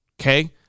okay